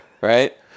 Right